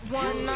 one